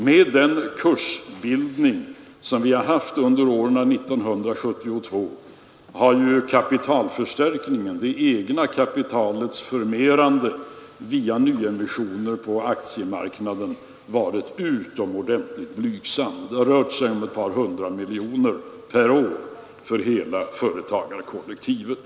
Med den kursbildning vi haft under 1972 har kapitalförstärkningen, det egna kapitalets förmerande via nyemissioner på aktiemarknaden, varit utomordentligt blygsam. Det har rört sig om ett par hundra miljoner per år för hela företagarkollektivet.